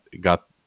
got